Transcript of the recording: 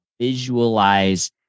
visualize